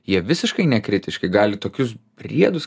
jie visiškai nekritiški gali tokius briedus